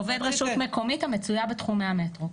עובד רשות מקומית המצויה בתחומי המטרו,